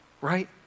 right